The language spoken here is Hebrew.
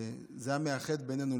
זה המאחד בינינו.